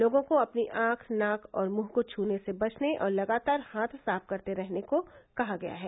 लोगों को अपनी आंख नाक और मूंह को छूने से बचने और लगातार हाथ साफ करते रहने को कहा गया है